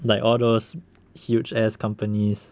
like all those huge ass companies